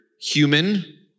human